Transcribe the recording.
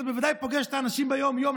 אתה בוודאי פוגש את האנשים ביום-יום.